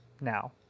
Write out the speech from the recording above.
now